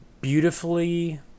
Beautifully